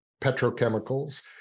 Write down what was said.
petrochemicals